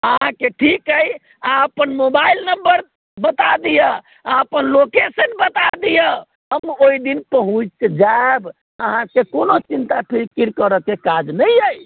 अहाँकेँ ठीक अहि अहाँ अपन मोबाइल नम्बर पठा दिअ अहाँ अपन लोकेशन बता दिअऽ हम ओहि दिन पहुँच जाएब अहाँकेँ कोनो चिन्ता फिकर करएके काज नहि अहि